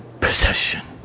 possession